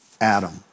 Adam